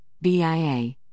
BIA